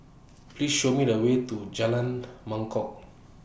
Please Show Me The Way to Jalan Mangkok